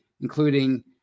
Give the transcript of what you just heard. including